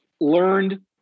learned